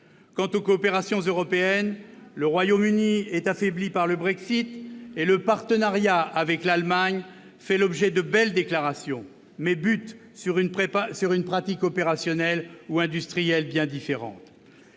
Quant aux coopérations européennes, le Royaume-Uni est affaibli par le Brexit et le partenariat avec l'Allemagne fait l'objet de belles déclarations, mais bute sur une pratique opérationnelle ou industrielle bien différente.